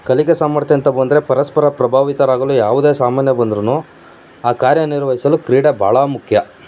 ಕಲಿಕೆ ಸಾಮರ್ಥ್ಯ ಅಂತ ಬಂದರೆ ಪರಸ್ಪರ ಪ್ರಭಾವಿತರಾಗಲು ಯಾವುದೇ ಸಾಮಾನ್ಯ ಬಂದ್ರು ಆ ಕಾರ್ಯ ನಿರ್ವಹಿಸಲು ಕ್ರೀಡೆ ಭಾಳ ಮುಖ್ಯ